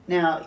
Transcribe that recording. Now